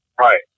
Right